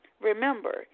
Remember